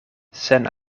sen